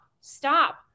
stop